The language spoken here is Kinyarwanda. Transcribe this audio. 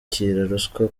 ruswa